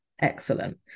excellent